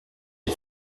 les